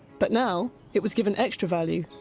but now it was given extra value,